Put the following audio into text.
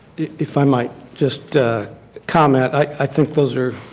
if i might just comment i think those are